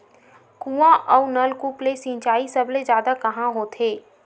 कुआं अउ नलकूप से सिंचाई सबले जादा कहां होथे?